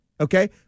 Okay